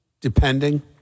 depending